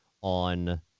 on